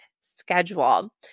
schedule